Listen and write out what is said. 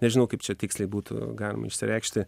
nežinau kaip čia tiksliai būtų galima išsireikšti